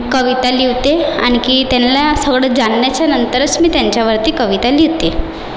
कविता लिहिते आणखी त्यांना सगळं जाणण्याच्या नंतरच मी त्यांच्यावरती कविता लिहिते